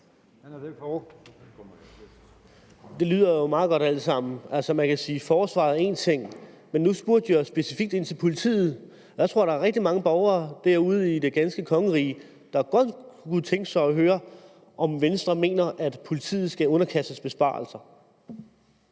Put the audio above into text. Det lyder jo alt sammen meget godt. Man kan sige, at forsvaret er en ting, men nu spurgte jeg specifikt ind til politiet. Jeg tror, at der er rigtig mange borgere i det ganske kongerige, der godt kunne tænke sig at høre, om Venstre mener, at politiet skal underkastes besparelser.